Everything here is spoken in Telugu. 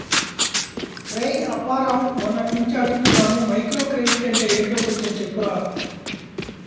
రేయ్ అప్పారావు, మొన్నట్నుంచి అడుగుతున్నాను మైక్రోక్రెడిట్ అంటే ఏంటో కొంచెం చెప్పురా